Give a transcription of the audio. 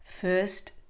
First